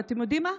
ואתם יודעים מה?